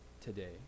today